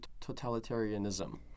totalitarianism